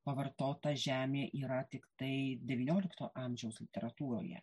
pavartota žemė yra tiktai devyniolikto amžiaus literatūroje